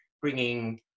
bringing